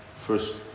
first